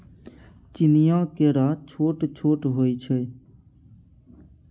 चीनीया केरा छोट छोट होइ छै